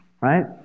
right